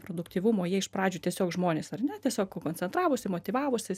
produktyvumo jie iš pradžių tiesiog žmonės ar ne tiesiog koncentravosi motyvavosi